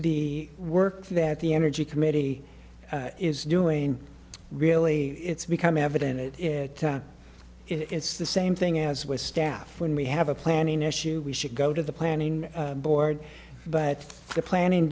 the work that the energy committee is doing really it's become evident it is that it's the same thing as with staff when we have a planning issue we should go to the planning board but the planning